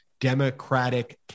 Democratic